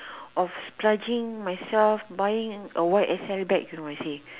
of splurging myself buying a Y_S_L bag you know I say